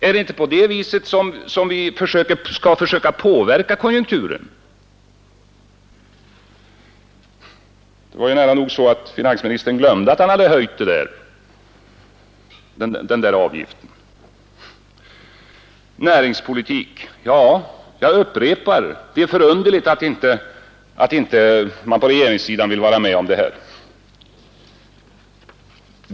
Är det inte på det sättet vi skall försöka påverka konjunkturen? Det var ju nära nog så att finansministern glömde att han hade höjt denna avgift. Vad sedan näringspolitiken angår upprepar jag att det är förunderligt att man på regeringssidan inte vill vara med om att där fastställa ett mål.